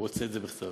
הוא רוצה את זה בכתב.